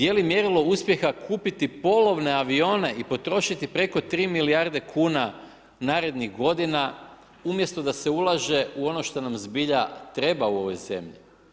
Je li mjerilo uspjeha kupiti polovne avione i potrošiti preko 3 milijarde kn narednih godina umjesto da se ulaže u ono što nam zbilja treba u ovoj zemlji?